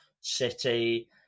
City